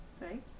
Right